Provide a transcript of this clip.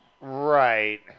Right